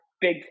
big